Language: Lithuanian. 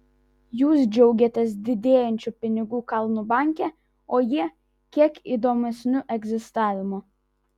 jūs džiaugiatės didėjančiu pinigų kalnu banke o jie kiek įdomesniu egzistavimu